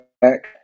back